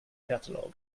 catalogue